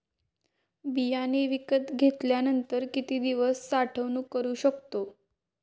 बियाणे विकत घेतल्यानंतर किती दिवस साठवणूक करू शकतो?